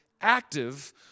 active